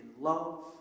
love